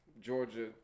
Georgia